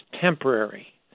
temporary